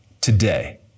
today